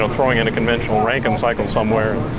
you know throwing in a conventional rankine cycle somewhere.